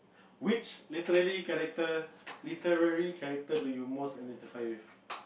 which literary character literary character do you most identify with